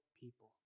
people